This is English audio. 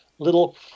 little